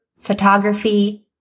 photography